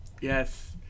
Yes